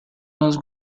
nos